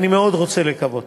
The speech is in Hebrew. אני מאוד רוצה לקוות